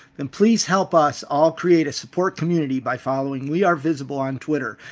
and please help us all create a support community by following wearevisible on twitter.